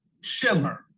shimmer